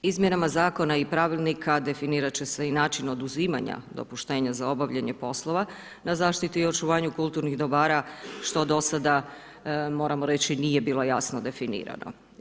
Izmjenama zakona i pravilnika, definirati će se i način oduzimanja dopuštenja za obavljanje poslova, na zaštiti i očuvanju kulturnih dobara, što do sada, moramo reći nije bilo jasno definirano.